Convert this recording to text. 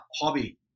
hobby